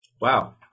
Wow